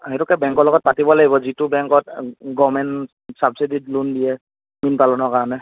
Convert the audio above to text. সেইটোকে বেংকৰ লগত পাতিব লাগিব যিটো বেংকত গভমেণ্ট ছাবচিডিত লোন দিয়ে মীন পালনৰ কাৰণে